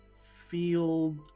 Field